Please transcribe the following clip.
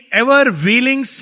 ever-wheeling